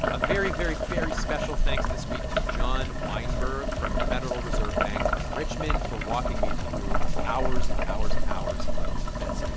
a very, very, very special thanks this week to john weinberg from the federal reserve bank of richmond for walking me through hours and hours and hours of the fed's